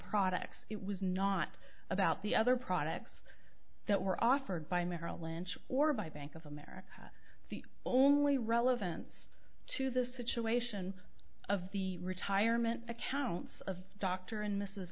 products it was not about the other products that were offered by merrill lynch or by bank of america the only relevant to the situation of the retirement accounts of dr and mrs